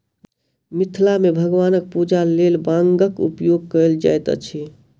मिथिला मे भगवानक पूजाक लेल बांगक उपयोग कयल जाइत अछि